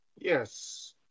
Yes